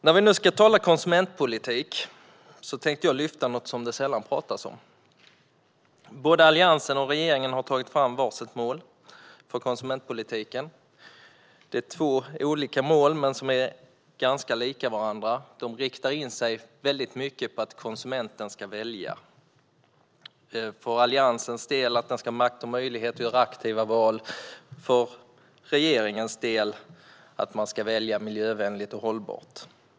När vi nu ska tala konsumentpolitik tänkte jag lyfta fram något som det sällan pratas om. Alliansen och regeringen har tagit fram var sitt mål för konsumentpolitiken. Det är två olika mål som är ganska lika varandra. De riktar in sig väldigt mycket på att konsumenten ska välja. För Alliansens del ska den ha makt och möjlighet att göra aktiva val, och för regeringens del ska den välja miljövänligt och hållbart.